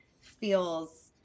feels